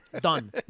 Done